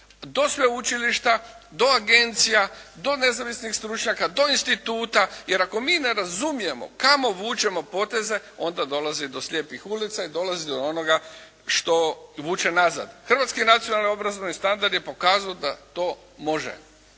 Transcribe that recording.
do sveučilišta, do agencija, do ne znam stručnjaka, do instituta, jer ako mi ne razumijemo kamo vučemo poteze onda dolazi do slijepih ulica i dolazi do onoga što vuče nazad. Hrvatski nacionalni obrazovni standard je pokazao da to može.